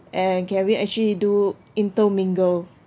and can we actually do intermingle